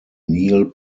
neil